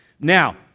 Now